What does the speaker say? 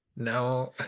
No